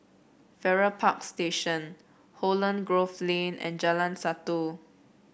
Farrer Park Station Holland Grove Lane and Jalan Satu